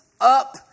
up